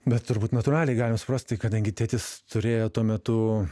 bet turbūt natūraliai galima suprast tai kadangi tėtis turėjo tuo metu